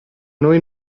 noi